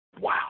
wow